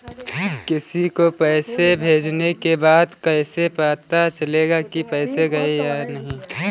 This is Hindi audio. किसी को पैसे भेजने के बाद कैसे पता चलेगा कि पैसे गए या नहीं?